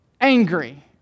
angry